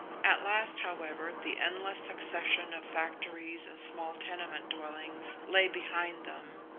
at last, however, the endless succession of factories and small tenement dwellings lay behind them.